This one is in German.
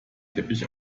teppich